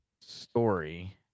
story